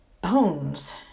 bones